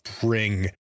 bring